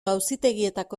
auzitegietako